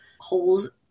holes